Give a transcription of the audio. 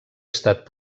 estat